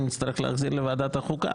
נצטרך להחזיר לוועדת החוקה.